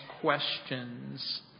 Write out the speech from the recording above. questions